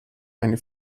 eine